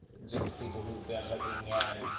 just people who have been looking and